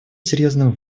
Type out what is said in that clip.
серьезным